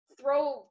throw